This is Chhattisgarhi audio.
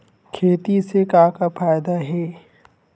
खेती से का का फ़ायदा हे?